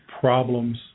problems